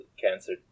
cancer